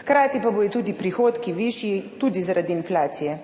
hkrati pa bodo tudi prihodki višji tudi, zaradi inflacije.